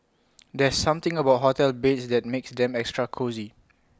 there's something about hotel beds that makes them extra cosy